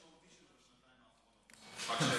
וצמצום משמעותי שלו בשנתיים האחרונות.